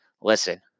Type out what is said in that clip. Listen